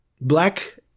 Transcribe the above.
black